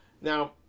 Now